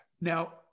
Now